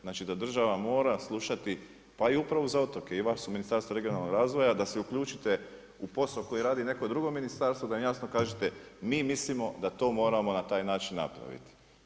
Znači da država mora slušati pa i Upravu za otoke i vas u Ministarstvu regionalnog razvoja da se uključite u posao koji radi neko drugo ministarstvo, da im jasno kažete mi mislimo da to moramo na taj način napraviti.